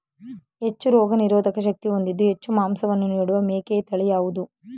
ಹೆಚ್ಚು ರೋಗನಿರೋಧಕ ಶಕ್ತಿ ಹೊಂದಿದ್ದು ಹೆಚ್ಚು ಮಾಂಸವನ್ನು ನೀಡುವ ಮೇಕೆಯ ತಳಿ ಯಾವುದು?